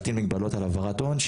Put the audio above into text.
להטיל מגבלות על העברת הון,